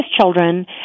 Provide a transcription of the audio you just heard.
children